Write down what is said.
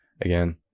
again